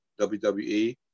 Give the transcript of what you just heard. WWE